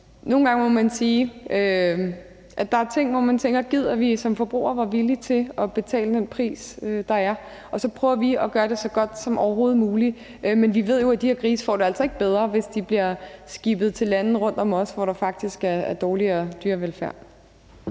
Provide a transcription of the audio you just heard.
nogle gange må man sige, at der er områder, hvor man tænker: Gid, at vi som forbrugere var villige til at betale den pris, der er. Og så prøver vi at gøre det så godt som overhovedet muligt. Men vi ved jo, at de her grise altså ikke får det bedre, hvis de bliver skibet til lande rundt om os, hvor der faktisk er dårligere dyrevelfærd.